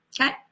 Okay